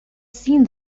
seen